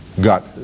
got